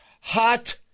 Hot